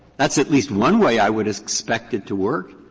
that's at least one way i would expect it to work,